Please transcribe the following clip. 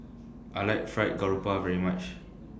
I like Fried Garoupa very much